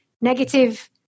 negative